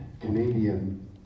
Canadian